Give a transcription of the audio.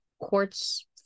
quartz